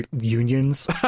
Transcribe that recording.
unions